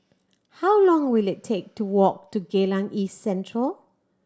how long will it take to walk to Geylang East Central